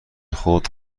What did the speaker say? خود